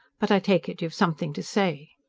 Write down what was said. but i take it you've something to say.